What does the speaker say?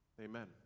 Amen